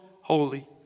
holy